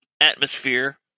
atmosphere